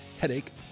headache